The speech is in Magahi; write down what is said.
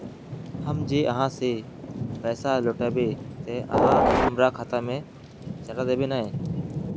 हम जे आहाँ के पैसा लौटैबे ते आहाँ हमरा खाता में चढ़ा देबे नय?